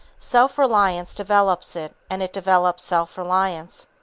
self-reliance develops it, and it develops self-reliance.